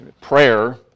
prayer